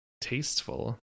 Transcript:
tasteful